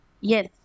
yes